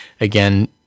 again